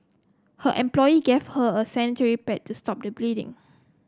her employee gave her a sanitary pad to stop the bleeding